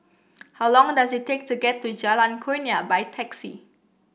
how long does it take to get to Jalan Kurnia by taxi